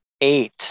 eight